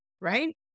Right